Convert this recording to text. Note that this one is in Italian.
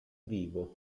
vivo